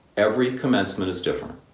every commencement is different.